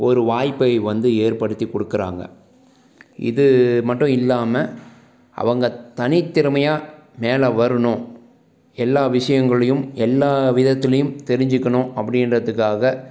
ஒரு வாய்ப்பை வந்து ஏற்படுத்தி கொடுக்குறாங்க இது மட்டும் இல்லாமல் அவங்க தனி திறமையாக மேலே வரணும் எல்லா விஷயங்களையும் எல்லா விதத்துலேயும் தெரிஞ்சுக்கணும் அப்படின்றத்துக்காக